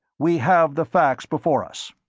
we have the facts before us.